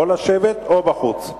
או לשבת או בחוץ.